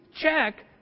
check